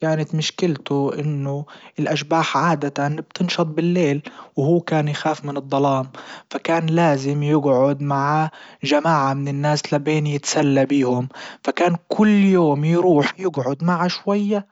كانت مشكلته انه الاشباح عادة بتنشط بالليل وهو كان يخاف من الضلام فكان لازم يجعد مع جماعة من الناس لبين يتسلى بهم فكان كل يوم يروح يجعد معه شوية